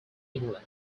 england